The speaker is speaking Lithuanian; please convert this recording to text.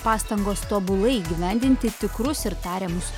pastangos tobulai įgyvendinti tikrus ir tariamus